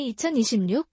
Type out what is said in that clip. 2026